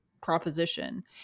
proposition